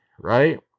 right